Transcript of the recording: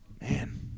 man